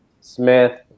Smith